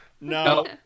No